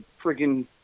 freaking